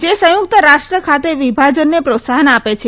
જે સંયુક્ત રાષ્ટ્ર ખાતે વિભાજનને પ્રોત્સાહન આપે છે